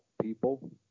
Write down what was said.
people